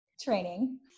training